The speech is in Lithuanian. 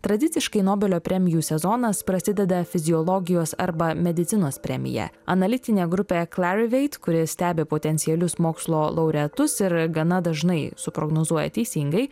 tradiciškai nobelio premijų sezonas prasideda fiziologijos arba medicinos premija analitinė grupė clarivate kuri stebi potencialius mokslo laureatus ir gana dažnai suprognozuoja teisingai